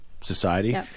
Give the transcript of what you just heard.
society